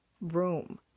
room